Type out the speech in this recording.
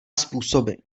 způsoby